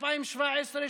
2017,